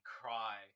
cry